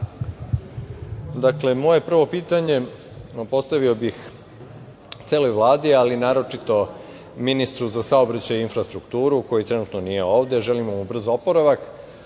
moje prvo pitanje postavio bih celoj Vladi, ali naročito ministru za saobraćaj i infrastrukturu, koji trenutno nije ovde, želimo mu brz oporavak,